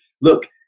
look